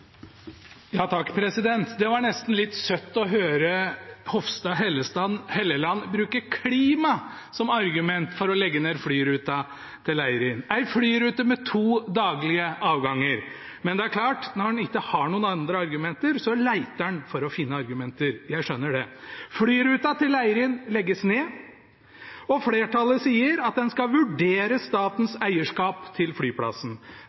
Det var nesten litt søtt å høre representanten Hofstad Helleland bruke klima som argument for å legge ned flyruta til Leirin, en flyrute med to daglige avganger. Men det er klart, når en ikke har noen andre argumenter, leter en for å finne dem – jeg skjønner det. Flyruta til Leirin legges ned, og flertallet sier at en skal vurdere statens eierskap til flyplassen